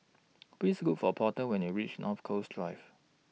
Please Look For Porter when YOU REACH North Coast Drive